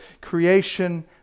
Creation